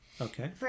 Okay